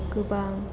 गोबां